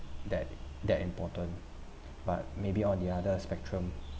that that important but maybe on the other spectrum